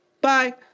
Bye